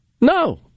No